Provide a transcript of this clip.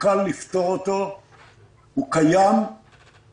אני יכול להגיד שאני מתבייש כאזרח מדינת ישראל על כך שבעתות חירום